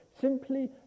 simply